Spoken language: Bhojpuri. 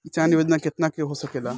किसान योजना कितना के हो सकेला?